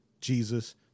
Jesus